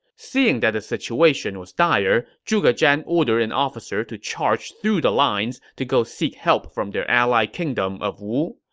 seeing that the situation was dire, zhuge zhan ordered an officer to charge through the lines to go seek help from their ally kingdom of wu.